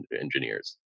engineers